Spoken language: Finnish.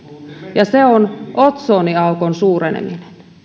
ja se on otsoniaukon suureneminen